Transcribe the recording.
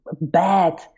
bad